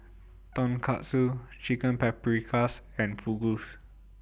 Tonkatsu Chicken Paprikas and Fugu's